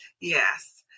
Yes